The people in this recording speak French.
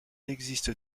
existe